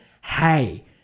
hey